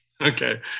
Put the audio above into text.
Okay